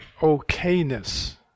okayness